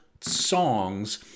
songs